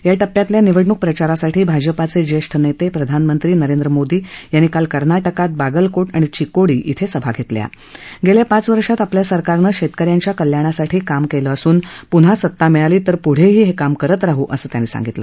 या टप्प्यातल्या निवडणूक प्रचारासाठी भाजपाचे ज्येष्ठ नेते प्रधानमंत्री नरेंद्र मोदी यांनी काल कर्नाटकात बागलकोट आणि चिक्कोडी क्विं सभा घेतल्या गेल्या पाच वर्षात आपल्या सरकारनं शेतकऱ्यांच्या कल्याणासाठी काम केलं असून पुन्हा सत्ता मिळाली तर पुढंही हे काम करत राहू असं त्यांनी यावेळी सांगितलं